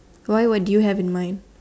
why would you have in mind